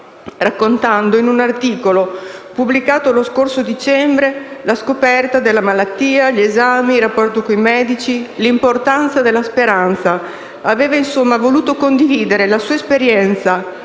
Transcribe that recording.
raccontando, in un articolo pubblicato lo scorso dicembre, la scoperta della malattia, gli esami, il rapporto con i medici, l’importanza della speranza. Aveva, insomma, voluto condividere la sua esperienza. Credo